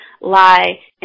lie